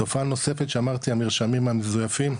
תופעה נוספת שאמרתי המרשמים המזויפים,